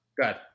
Good